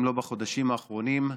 אם לא בחודשים האחרונים,